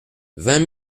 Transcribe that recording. vingt